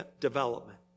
development